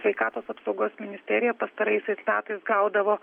sveikatos apsaugos ministerija pastaraisiais metais gaudavo